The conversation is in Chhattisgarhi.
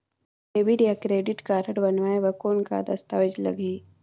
डेबिट या क्रेडिट कारड बनवाय बर कौन का दस्तावेज लगही?